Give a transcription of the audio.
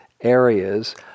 areas